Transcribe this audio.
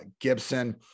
Gibson